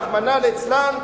רחמנא ליצלן,